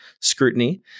scrutiny